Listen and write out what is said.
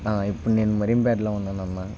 ఇప్పుడు నేను మరీంపేటలో ఉన్నానన్నా